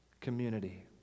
community